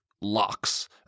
locks